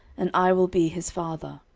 and i will be his father.